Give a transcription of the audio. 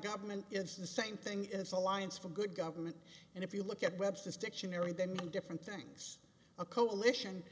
government it's the same thing as an alliance for good government and if you look at webster's dictionary the new different things a coalition